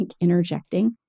interjecting